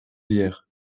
hier